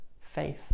faith